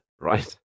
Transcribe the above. right